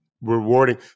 rewarding